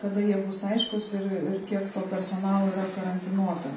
kada jie bus aiškūs ir ir kiek to personalo yra karantinuoto